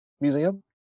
Museum